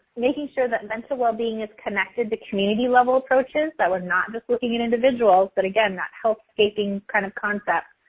making sure that mental well-being is connected to community level approaches. so we're not just looking at individuals, but again, that healthscaping kind of concept.